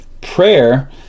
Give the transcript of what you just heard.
Prayer